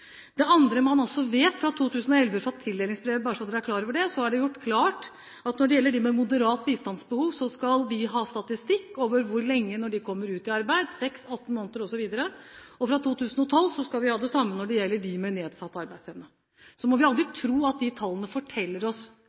Det andre man også vet fra 2011, ut fra tildelingsbrevet, bare så man er klar over det, er at det er gjort klart at når det gjelder dem med moderat bistandsbehov, skal vi ha statistikk over når disse kommer ut i arbeid – etter 6 måneder, 18 måneder osv. – og fra 2012 skal vi ha det samme når det gjelder dem med nedsatt arbeidsevne. Så må vi aldri tro at disse tallene alltid forteller oss